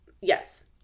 Yes